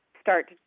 start